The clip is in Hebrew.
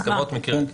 הסכמות מקיר לקיר.